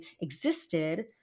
existed